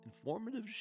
informative